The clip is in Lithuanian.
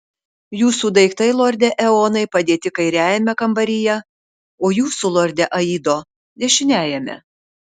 jūsų daiktai lorde eonai padėti kairiajame kambaryje o jūsų lorde aido dešiniajame